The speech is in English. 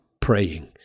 praying